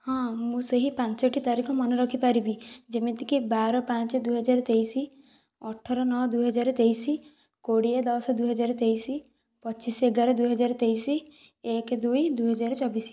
ହଁ ମୁଁ ସେହି ପାଞ୍ଚଟି ତାରିଖ ମନେ ରଖି ପାରିବି ଯେମିତିକି ବାର ପାଞ୍ଚେ ଦୁଇହଜାର ତେଇଶି ଅଠର ନଅ ଦୁଇହଜାର ତେଇଶି କୋଡ଼ିଏ ଦଶ ଦୁଇହଜାର ତେଇଶି ପଚିଶି ଏଗାର ଦୁଇହଜାର ତେଇଶି ଏକେ ଦୁଇ ଦୁଇହଜାର ଚବିଶି